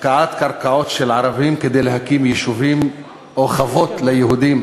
הפקעת קרקעות של ערבים כדי להקים יישובים או חוות ליהודים,